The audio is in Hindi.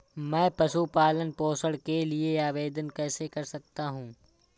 मैं पशु पालन पोषण के लिए आवेदन कैसे कर सकता हूँ?